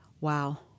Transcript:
Wow